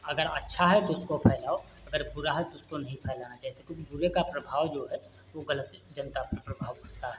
अगर अच्छा है तो उसको फैलाओ अगर बुरा है तो उसको नहीं फैलाना चाहिए बुरे का प्रभाव जो है वह गलत जनता पर प्रभाव पड़ता है